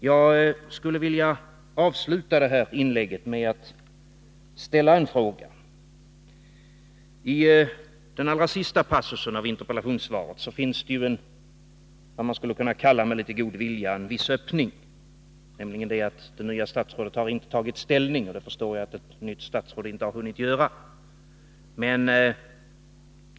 Jag skulle vilja avsluta mitt inlägg med att ställa en fråga. I interpellationssvarets allra sista passus finns vad man med litet god vilja skulle kunna kalla för en viss öppning. Det nya statsrådet har inte tagit ställning, och det förstår jag att ett nytt statsråd inte har hunnit göra.